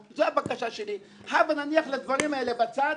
זו הבקשה שלי: הבה נניח לדברים האלה בצד.